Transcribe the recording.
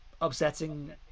upsetting